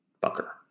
bunker